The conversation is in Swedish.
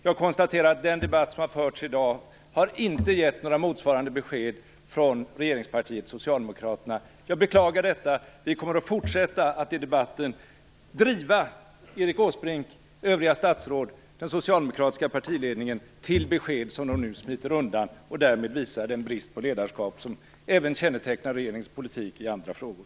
Jag konstaterar att den debatt som har förts i dag inte har givit några motsvarande besked från regeringspartiet Socialdemokraterna. Jag beklagar detta. Vi kommer att fortsätta att i debatten driva Erik Åsbrink, övriga statsråd och den socialdemokratiska partiledningen till besked, som de nu smiter undan och därmed visar den brist på ledarskap som även kännetecknar regeringens politik i andra frågor.